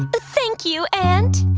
but thank you, ant.